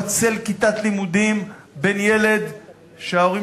אתה לא תפצל כיתת לימודים בין ילד שההורים